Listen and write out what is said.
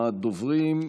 הדוברים,